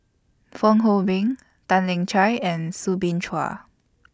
Fong Hoe Beng Tan Lian Chye and Soo Bin Chua